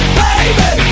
baby